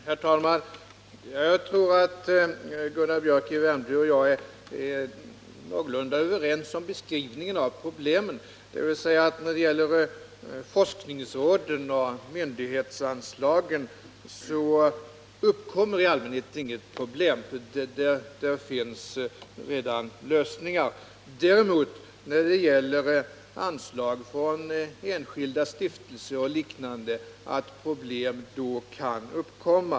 Herr talman! Jag tror att Gunnar Biörck i Värmdö och jag är någorlunda överens om beskrivningen av problemen, dvs. att när det gäller forskningsråden och myndighetsanslagen uppkommer i allmänhet inget problem, för där finns redan lösningar. Däremot kan problem uppkomma när det gäller anslag från enskilda stiftelser och liknande.